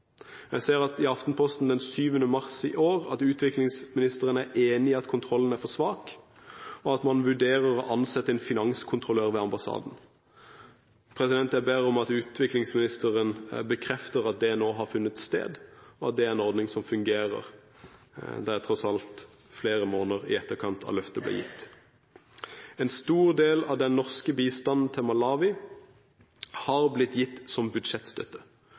Aftenposten den 7. mars i år at utviklingsministeren er enig i at kontrollen er for svak, og at man vurderer å ansette en finanskontrollør ved ambassaden. Jeg ber om at utviklingsministeren bekrefter at det nå har funnet sted, og at det er en ordning som fungerer. Det er tross alt gått flere måneder siden løftet ble gitt. En stor del av den norske bistanden til Malawi er blitt gitt som budsjettstøtte.